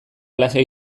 lasai